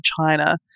China